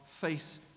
face